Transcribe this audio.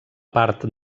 part